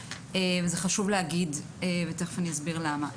זה חשוב להגיד ותיכף אני אסביר למה.